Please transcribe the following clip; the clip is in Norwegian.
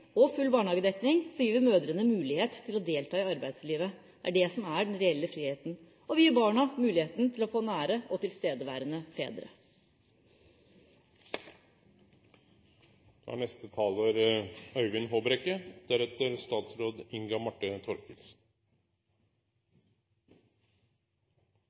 og nå også etter hvert lønn under ammefri og full barnehagedekning gir vi mødrene mulighet til å delta i arbeidslivet. Det er det som er den reelle friheten. Og vi gir barna muligheten til å få nære og tilstedeværende fedre.